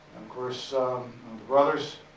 course brothers,